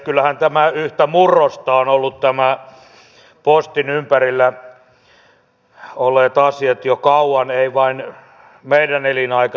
kyllähän nämä postin ympärillä olleet asiat ovat yhtä murrosta olleet jo kauan eivät vain meidän elinaikanamme